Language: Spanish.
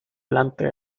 delante